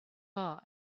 are